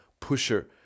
pusher